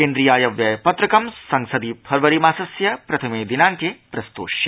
केन्द्रीयायव्ययपत्रकं संसदि फरवरी मासस्य प्रथमे दिनाइके प्रस्तोष्यते